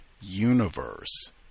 universe